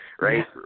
right